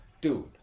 Dude